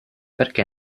perché